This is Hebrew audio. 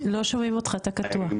--- לא שומעים אותך אתה קטוע.